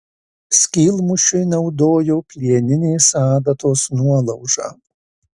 skylmušiui naudojo plieninės adatos nuolaužą